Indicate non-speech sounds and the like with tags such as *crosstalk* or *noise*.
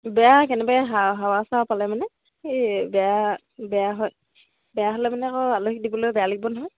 বেয়া কেনেবা *unintelligible* হাৱা চাৱা পালে মানে এই বেয়া বেয়া হয় বেয়া হ'লে মানে আকৌ আলহীক দিবলৈ বেয়া লাগিব নহয়